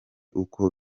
uko